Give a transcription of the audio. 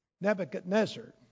Nebuchadnezzar